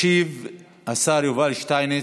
ישיב השר יובל שטייניץ.